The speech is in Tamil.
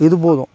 இதுபோதும்